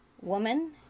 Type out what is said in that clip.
Woman